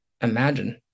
imagine